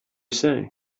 say